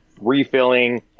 refilling